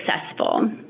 successful